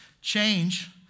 Change